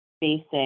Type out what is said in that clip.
basic